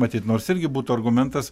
matyt nors irgi būtų argumentas